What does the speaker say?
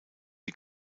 die